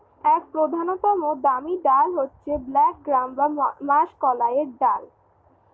এক প্রধানতম দামি ডাল হচ্ছে ব্ল্যাক গ্রাম বা মাষকলাইয়ের ডাল